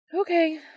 Okay